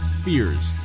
fears